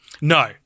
No